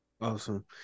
Awesome